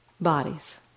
bodies